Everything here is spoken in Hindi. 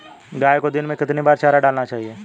गाय को दिन में कितनी बार चारा डालना चाहिए?